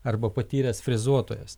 arba patyręs frezuotojas